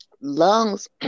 lungs